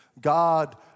God